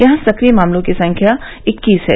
यहां सक्रिय मामलों की संख्या इक्कीस है